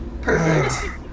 Perfect